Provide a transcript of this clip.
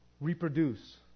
reproduce